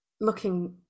looking